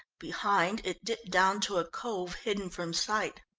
behind it dipped down to a cove, hidden from sight.